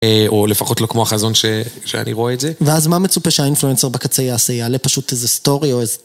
או לפחות לא כמו החזון שאני רואה את זה. ואז מה מצופה שהאינפלואנסר בקצה יעשה? יעלה פשוט איזה סטורי או איזה...